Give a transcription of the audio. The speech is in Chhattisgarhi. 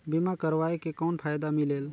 बीमा करवाय के कौन फाइदा मिलेल?